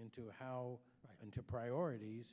into how and to priorities